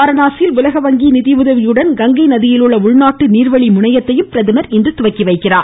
வாரணாசியில் உலக வங்கியின் நிதி உதவியுடன் கங்கை நதியிலுள்ள உள்நாட்டு நீர்வழி முனையத்தையும் பிரதமர் இன்று தொடங்கி வைக்கிறார்